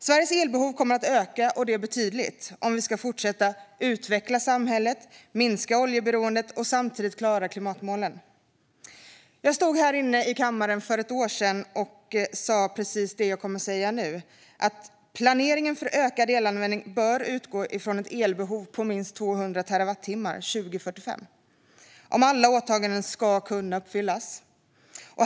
Sveriges elbehov kommer att öka, och det betydligt, om vi ska fortsätta utveckla samhället, minska oljeberoendet och samtidigt klara klimatmålen. Jag stod för ett år sedan i denna kammare och sa precis det jag kommer att säga nu: Planeringen för ökad elanvändning bör utgå från ett elbehov på minst 200 terawattimmar 2045 om alla åtaganden ska kunna uppfyllas.